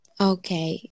Okay